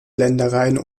ländereien